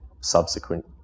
subsequent